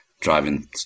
driving